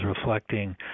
reflecting